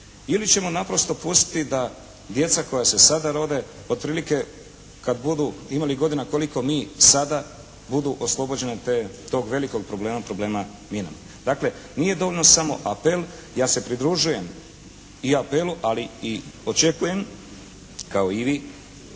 ili ćemo naprosto pustiti da djeca koja se sada rode otprilike kad budu imali godina koliko mi sada budu oslobođena tog velikog problema, problema mina. Dakle nije dovoljno samo apel. Ja se pridružujem i apelu, ali i očekujem kao i vi